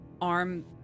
arm